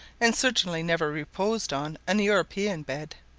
and certainly never reposed on, an european bed.